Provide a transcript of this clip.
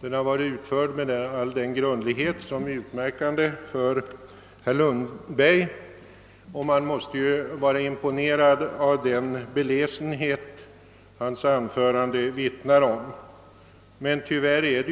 Den har varit utförd med all den grundlighet som är utmärkande för herr Lundberg, och man måste vara imponerad av den belästhet hans anförande vittnar om, men tyvärr är